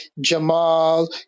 Jamal